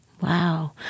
Wow